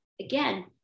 again